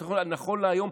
נכון להיום,